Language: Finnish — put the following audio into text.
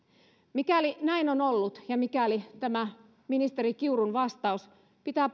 mikäli näin on ollut ja mikäli tämä ministeri kiurun vastaus pitää